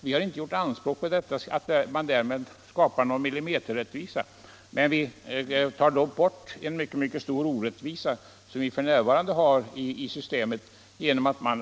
Vi har inte gjort anspråk på att någon millimeterrättvisa därmed skulle skapas, men vi tar bort en stor orättvisa som f.n. finns i systemet.